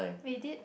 we did